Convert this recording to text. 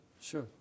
sure